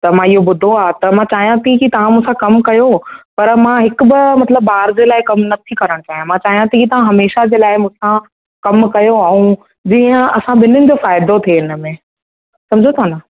त मां इहो ॿुधो आहे त मां चाहियां थी की तव्हां मूं सां कमु कयो पर मां हिकु ॿ मतलबु बार लाइ मतलबु कमु न थी करणु चाहियां मां चाहियां थी तव्हां हमेशह लाइ मूं सां कमु कयो ऐं जीअं असां बिन्हिअनि खे फ़ाइदो थिए हिन में समुझो था न